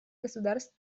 государств